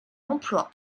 emplois